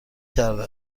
کرده